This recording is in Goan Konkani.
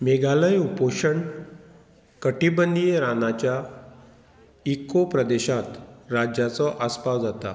मेघालय उपोशण कटिबंदीय रानाच्या इक्को प्रदेशांत राज्याचो आस्पाव जाता